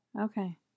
Okay